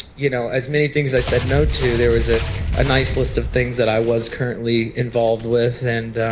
you know, as many things as i said no to there was a ah nice list of things that i was currently involved with. and